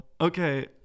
Okay